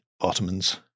Ottomans